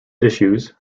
issues